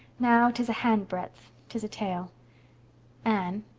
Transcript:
now, tis a handbreadth, tis a tale anne,